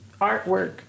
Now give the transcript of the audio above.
artwork